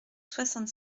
soixante